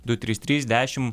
du trys trys dešim